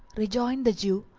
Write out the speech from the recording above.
rejoined the jew,